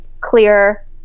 clear